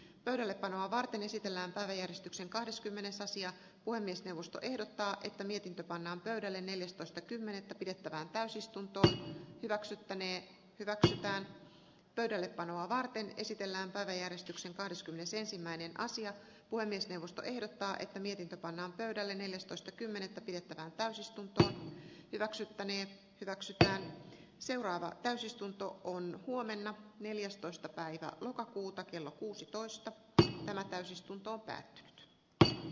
pöydällepanoa varten esitellään tai eristyksen kahdeskymmenes asia puhemiesneuvosto ehdottaa että mietintö pannaan pöydälle neljästoista kymmenettä pidettävään täysistunto hyväksyttäneen tätiään tähdelle panoa varten esitellään päiväjärjestyksen kahdeskymmenesensimmäinen asia puhemiesneuvosto ehdottaa että viritä pannaan pöydälle neljästoista kymmenettä pidettävään täysistunto hyväksyttäneen raksuttaa seuraava täysistunto on huomenna neljästoista päivä lokakuuta kello kuusitoista täysistunto sidottaisiin myös indeksiin